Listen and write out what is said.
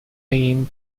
been